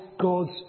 God's